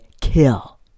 kill